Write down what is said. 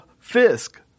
Fisk